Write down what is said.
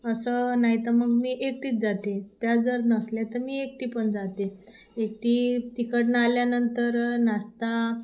असं नाही तर मग मी एकटीच जाते त्या जर नसल्या तर मी एकटी पण जाते एकटी तिकडनं आल्यानंतर नाश्ता